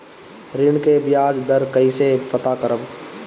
ऋण में बयाज दर कईसे पता करब?